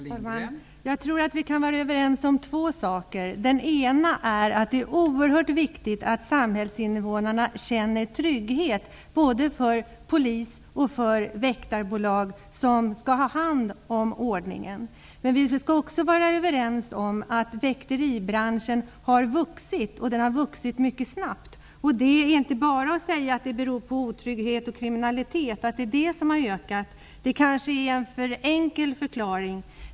Fru talman! Jag tror att vi kan vara överens om två saker. Det ena är att det är oerhört viktigt att samhällsinvånarna känner trygghet, både för polis och för de väktarbolag som skall ha hand om ordningen. Det andra vi skall vara överens om är att väktarbranschen har vuxit, mycket snabbt. Det går inte bara att säga att det beror på att otrygghet och kriminalitet har ökat -- det kanske är en för enkel förklaring.